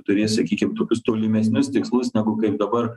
turės sakykim tokius tolimesnius tikslus negu kaip dabar